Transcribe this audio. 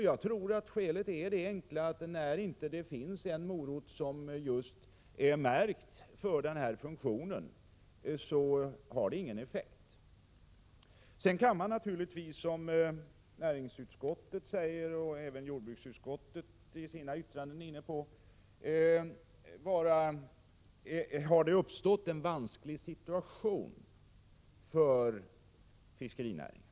Jag tror att det enkla skälet till detta är att när det inte finns en morot som är märkt för denna funktion blir det ingen effekt. Sedan kan man säga, som näringsutskottet och jordbruksutskottet också säger i sina yttranden, att det har uppstått en vansklig situation för fiskerinäringen.